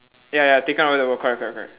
ya ya taken over the world correct correct correct